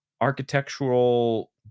architectural